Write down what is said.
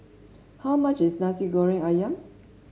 how much is Nasi Goreng ayam